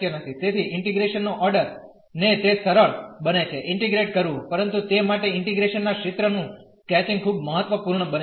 તેથી ઇન્ટીગ્રેશન નો ઓર્ડર ને તે સરળ બને છે ઇન્ટીગ્રેટ કરવું પરંતુ તે માટે ઇન્ટીગ્રેશન ના ક્ષેત્ર નું સ્કેચીંગ ખુબ મહત્વપુર્ણ બને છે